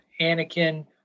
Anakin